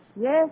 Yes